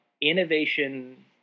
innovation